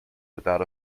without